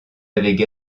avaient